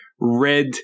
red